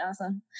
awesome